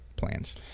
plans